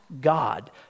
God